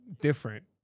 different